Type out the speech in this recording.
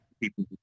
people